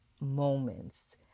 moments